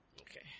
Okay